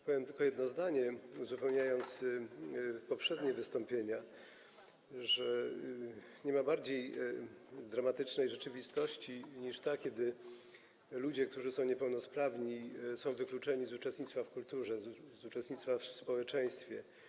Powiem tylko jedno zdanie, uzupełniając poprzednie wystąpienia, a mianowicie że nie ma bardziej dramatycznej rzeczywistości niż ta, kiedy ludzie, którzy są niepełnosprawni, są wykluczeni z uczestnictwa w kulturze, z uczestnictwa w społeczeństwie.